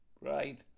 Right